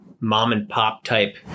mom-and-pop-type